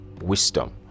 wisdom